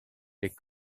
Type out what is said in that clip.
les